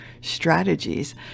strategies